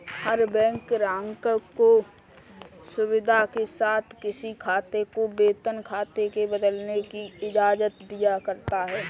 हर bank ग्राहक को सुविधा के साथ किसी खाते को वेतन खाते में बदलने की इजाजत दिया करता है